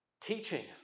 teaching